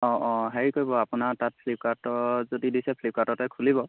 অঁ অঁ হেৰি কৰিব আপোনাৰ তাত ফ্লিপকাৰ্টৰ যদি দিছে ফ্লিপকাৰ্টতে খুলিব